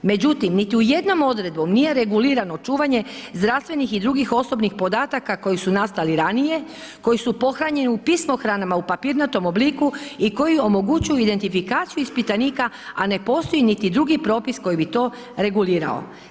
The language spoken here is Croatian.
Međutim, niti u jednom odredbom nije regulirano čuvanje zdravstvenih i drugih osobnih podataka koji su nastali ranije, koji su pohranjeni u pismohranama u papirnatom obliku i koji omogućuju identifikaciju ispitanika, a ne postoji niti drugi propis koji bi to regulirao.